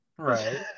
right